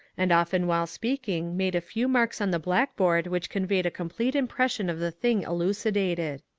and often while speaking made a few marks on the blackboard which conveyed a complete impression of the thing elucidated.